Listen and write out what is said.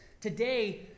Today